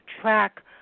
track